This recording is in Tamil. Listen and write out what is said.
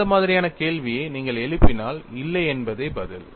அந்த மாதிரியான கேள்வியை நீங்கள் எழுப்பினால் இல்லை என்பதே பதில்